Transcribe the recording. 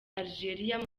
algeria